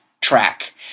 track